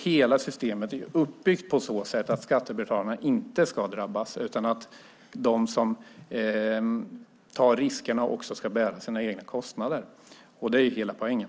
Hela systemet är uppbyggt på så sätt att skattebetalarna inte ska drabbas utan att de som tar riskerna också ska bära sina egna kostnader. Det är hela poängen.